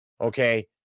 Okay